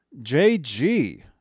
JG